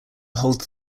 hold